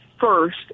first